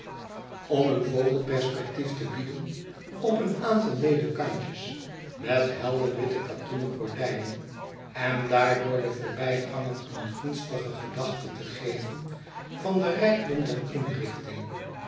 om een vogelperspectief te bieden op een aantal ledekantjes met h elder witte katoenen gordijnen en daardoor den voorbijganger een gunstige gedachte te geven van den rijkdom der inrichting